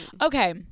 Okay